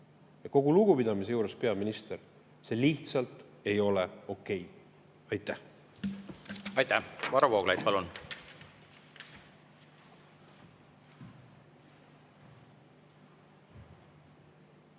Kogu lugupidamise juures, peaminister, see lihtsalt ei ole okei. Aitäh! Aitäh! Varro Vooglaid, palun!